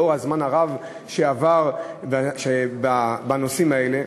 לאור הזמן הרב שעבר בנושאים האלה.